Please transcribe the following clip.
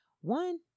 one